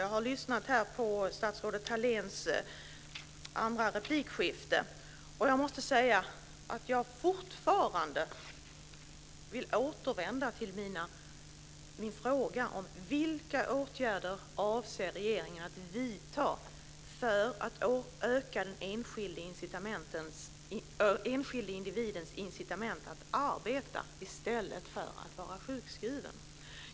Jag har lyssnat på statsrådet Thalén, och jag måste säga att jag fortfarande vill återvända till min fråga: Vilka åtgärder avser regeringen att vidta för att öka den enskilde individens incitament att arbeta i stället för att vara sjukskriven?